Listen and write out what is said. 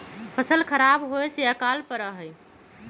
फसल खराब होवे से अकाल पडड़ा हई